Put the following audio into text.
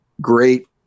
great